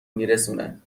میرسونه